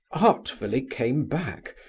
artfully came back,